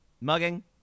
mugging